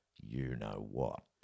you-know-what